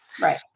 right